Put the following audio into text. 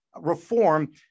reform